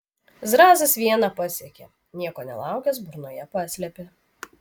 zrazas vieną pasiekė nieko nelaukęs burnoje paslėpė